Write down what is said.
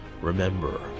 remember